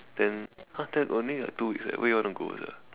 then !huh! then only like two weeks eh where you want to go sia